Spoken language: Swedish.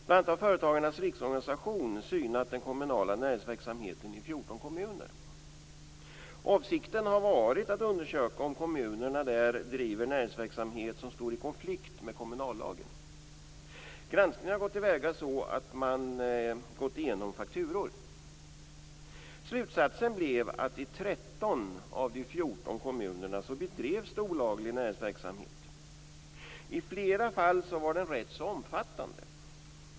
Bl.a. har Företagarnas riksorganisation synat den kommunala näringsverksamheten i 14 kommuner. Avsikten har varit att undersöka om kommunerna driver näringsverksamhet som står i konflikt med kommunallagen. Granskningen har gått till väga så att man har gått igenom fakturor. Slutsatsen blev att det i 13 av de 14 kommunerna bedrevs olaglig näringsverksamhet, i flera fall rätt omfattande.